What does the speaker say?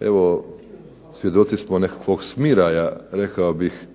evo svjedoci smo nekakvog smiraja rekao bih